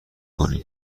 کنیم